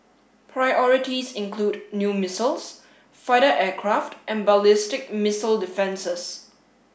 priorities include new missiles fighter aircraft and ballistic missile defences